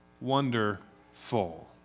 Wonderful